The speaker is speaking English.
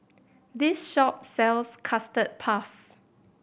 this shop sells Custard Puff